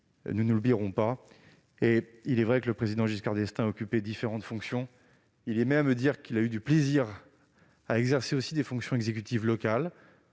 nous ne les oublierons pas. C'est vrai, le Président Giscard d'Estaing a occupé différentes fonctions. Il aimait à me dire qu'il avait eu beaucoup de plaisir à exercer des fonctions exécutives locales,